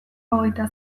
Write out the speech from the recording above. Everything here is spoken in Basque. hogeita